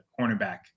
cornerback